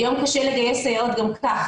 היום קשה לגייס סייעות גם ככה,